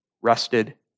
rested